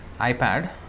iPad